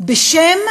בשם